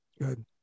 Good